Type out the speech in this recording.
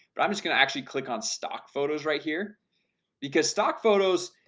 but i'm just gonna actually click on stock photos right here because stock photos,